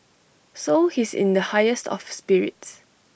so he's in the highest of spirits